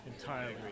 Entirely